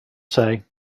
say